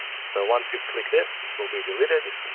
so once you click this it will be deleted.